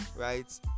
right